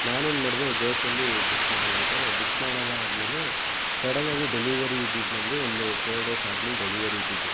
ನಾನೇನು ಮಾಡಿದೆ ಜೋಶ್ಲ್ಲಿ ಬುಕ್ ಮಾಡ್ಬಿಟ್ಟೆ ಬುಕ್ ಮಾಡೆಲ್ಲ ಆದ ಮೇಲೆ ಸಡನ್ನಾಗಿ ಡೆಲಿವರಿ ಇದ್ದಿದ್ದು ನನ್ನದು ಒಂದು ಫೋರ್ ಡೇಸ್ ಆದ್ಮೇಲೆ ಡೆಲಿವರಿ ಇದ್ದಿದ್ದು